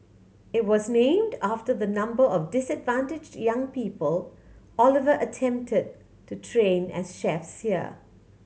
it was named after the number of disadvantaged young people Oliver attempted to train as chefs there